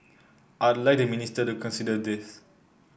I'd like the minister to consider this